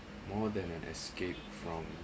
more than an escape from